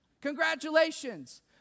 Congratulations